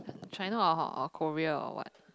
China or or Korea or what